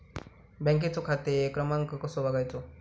बँकेचो खाते क्रमांक कसो बगायचो?